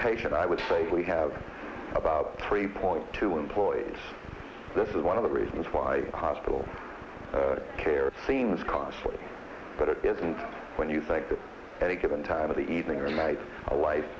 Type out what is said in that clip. patient i would say we have about three point two employers this is one of the reasons why hospital care seems costly but it isn't when you think that at a given time of the evening or